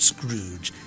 Scrooge